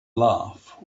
love